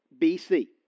BC